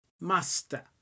Master